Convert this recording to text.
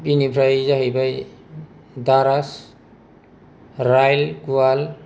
बिनिफ्राय जाहैबाय दारास रायल गुवाल